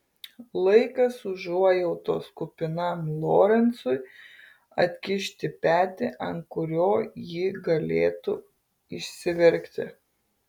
laikas užuojautos kupinam lorencui atkišti petį ant kurio ji galėtų išsiverkti